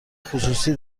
خصوصی